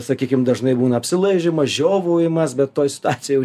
sakykim dažnai būna apsilaižymas žiovaujimas be toj situacijoj jau